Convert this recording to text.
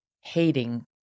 hating